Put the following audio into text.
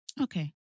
Okay